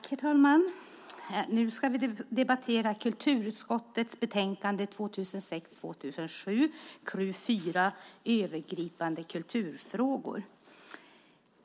Herr talman! Nu ska vi debattera kulturutskottets betänkande 2006/07:KrU4, Övergripande kulturfrågor .